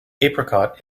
apricot